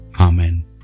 Amen